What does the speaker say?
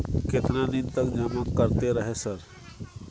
केतना दिन तक जमा करते रहे सर?